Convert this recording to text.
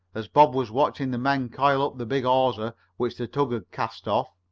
as bob was watching the men coil up the big hawser which the tug had cast off,